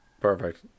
Perfect